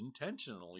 intentionally